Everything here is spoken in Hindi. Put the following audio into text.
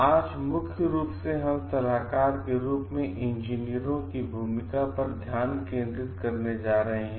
आज मुख्य रूप से हम सलाहकार के रूप में इंजीनियरों की भूमिका पर ध्यान केंद्रित करने जा रहे हैं